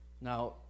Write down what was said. Now